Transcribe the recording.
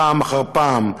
פעם אחר פעם,